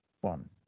one